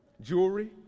jewelry